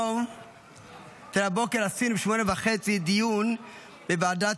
הבוקר עשינו ב-08:30 דיון בוועדה